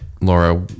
Laura